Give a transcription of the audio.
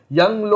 young